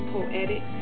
Poetic